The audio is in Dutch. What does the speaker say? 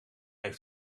heeft